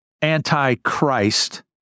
anti-Christ